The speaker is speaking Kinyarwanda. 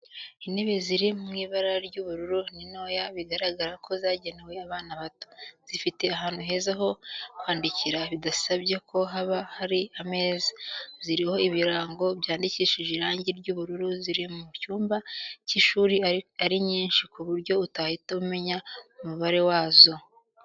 Intebe ziri mu ibara ry'ubururu ni ntoya bigaragara ko zagenewe abana bato, zifite ahantu heza ho kwandikira bidasabye ko haba hari ameza, ziriho ibirango byandikishije irangi ry'umweru ziri mu cyumba cy'ishuri ari nyinshi ku buryo utahita umenya umubare wazo.